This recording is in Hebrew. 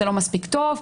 זה לא מספיק טוב,